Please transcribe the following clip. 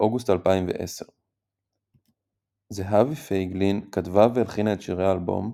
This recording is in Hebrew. באוגוסט 2010. זהבי פייגלין כתבה והלחינה את שירי האלבום,